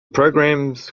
programmes